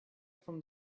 from